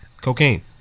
cocaine